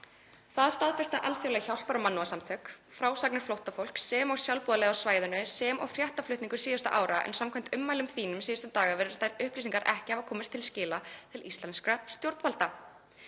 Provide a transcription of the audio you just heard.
Það staðfesta alþjóðleg hjálpar- og mannúðarsamtök, frásagnir flóttafólks og sjálfboðaliða á svæðinu sem og fréttaflutningur síðustu ára en samkvæmt ummælum þínum síðustu daga virðast þær upplýsingar ekki hafa komist til skila til íslenskra stjórnvalda.